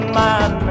man